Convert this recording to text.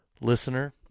listener